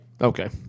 Okay